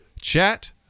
Chat